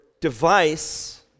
device